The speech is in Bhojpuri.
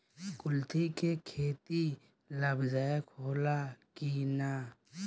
कुलथी के खेती लाभदायक होला कि न?